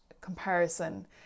comparison